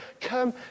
come